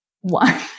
one